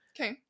Okay